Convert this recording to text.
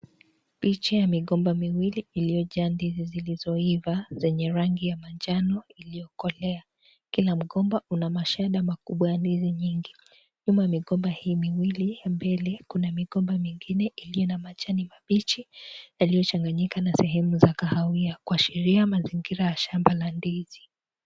Picha ya migomba miwili iliyojaa ndizi zilizoiva zenye rangi ya manjano iliyokolea. Kila mgomba una mashada makubwa ya ndizi nyingi. Nyuma mikoba hii miwili ya mbele kuna mikoba mingine iliyo na majani mabichi yaliyochanganyika na sehemu za kahawia kuashiria mazingira ya shamba la ndizi.